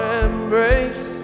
embrace